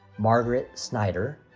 margaret schneider,